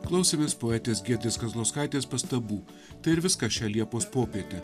klausėmės poetės giedrės kazlauskaitės pastabų tai ir viskas šią liepos popietę